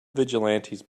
vigilantes